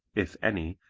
if any,